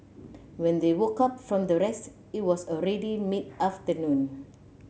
when they woke up from their rest it was already mid afternoon